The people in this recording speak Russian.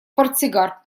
портсигар